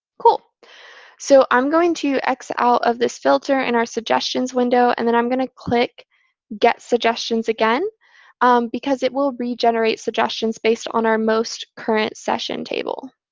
so i'm going to exit out of this filter in our suggestions window. and then i'm going to click get suggestions again because it will regenerate suggestions based on our most current session table.